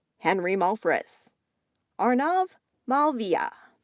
henry malphrus arnav malviya,